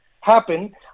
happen